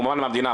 ממומן מהמדינה,